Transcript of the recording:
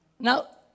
Now